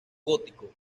gótico